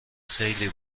خیلی